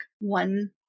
one